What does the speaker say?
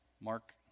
Mark